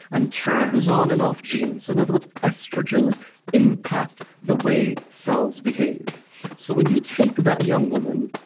and turns on and off genes. in other words, estrogens impact the way cells behave so, when you take that young woman.